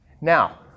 Now